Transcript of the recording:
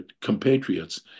compatriots